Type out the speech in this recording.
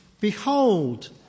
behold